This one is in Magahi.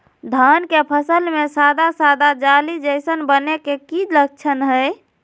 धान के फसल में सादा सादा जाली जईसन बने के कि लक्षण हय?